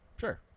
Sure